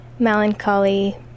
melancholy